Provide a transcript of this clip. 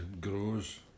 grows